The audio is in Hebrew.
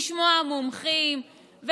לשמוע מומחים.